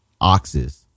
oxes